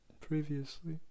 previously